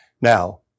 Now